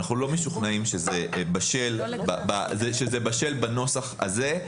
אנחנו לא משוכנעים שזה בשל בנוסח הזה,